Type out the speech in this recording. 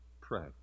Pray